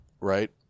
Right